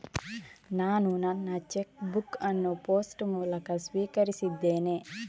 ನಾನು ನನ್ನ cheque book ಅನ್ನು ಪೋಸ್ಟ್ ಮೂಲಕ ಸ್ವೀಕರಿಸಿದ್ದೇನೆ